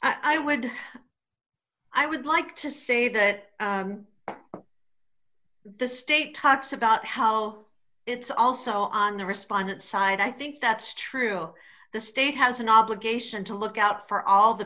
i would i would like to say that the state talks about how it's also on the respondent side i think that's true the state has an obligation to look out for all the